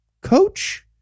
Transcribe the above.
coach